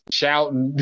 shouting